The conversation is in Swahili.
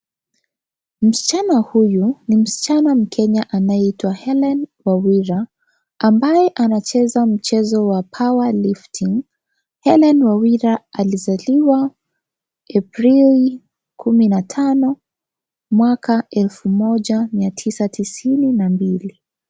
Msichana huyu ni msichana mkenya anayeitwa Hellen Wawira ambaye anacheza mchezo wa power lifting . Hellen Wawira alizaliwa Aprili kumi na tano mwaka elfu moja mia tisa tisini na mbili.